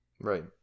Right